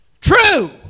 True